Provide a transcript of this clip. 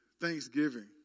thanksgiving